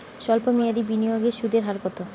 সল্প মেয়াদি বিনিয়োগে সুদের হার কত?